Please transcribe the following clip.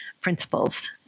principles